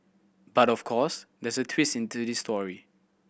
but of course there's a twist into this story